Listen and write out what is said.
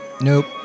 Nope